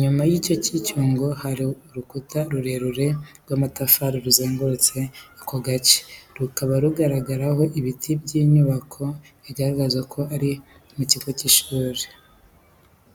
Nyuma y'icyo cyicungo, hari urukuta rurerure rw'amatafari ruzengurutse ako gace, rukaba rugaragaraho ibiti n'inyubako. Biragaragara ko ari mu kigo cy'ishuri.